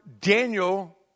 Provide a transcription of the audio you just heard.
Daniel